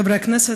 חבריי חברי הכנסת,